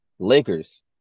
Lakers